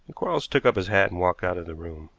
quarles took up his hat and walked out of the room.